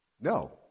No